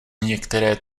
některé